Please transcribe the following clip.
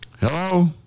Hello